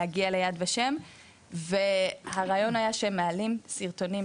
להגיע ליד ושם והרעיון היה שמעלים סרטונים,